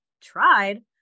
tried